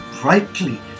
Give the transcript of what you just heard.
brightly